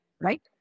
right